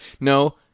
No